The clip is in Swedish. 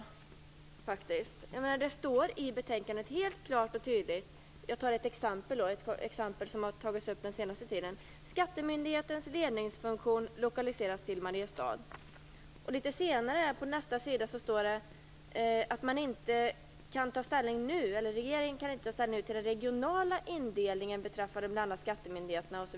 Låt mig ge ett exempel som har tagits upp under den senaste tiden. Det är i betänkandet helt klart och tydligt angivet att skattemyndighetens ledningsfunktion skall lokaliseras till Mariestad. På nästa sida står det att regeringen inte nu kan ta ställning till den regionala indelningen beträffande bl.a. skattemyndigheterna.